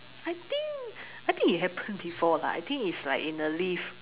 I think I think it happened before lah I think it's like in a lift